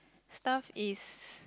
staff is